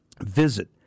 Visit